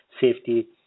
safety